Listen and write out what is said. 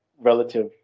relative